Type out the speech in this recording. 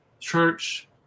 church